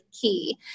key